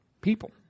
people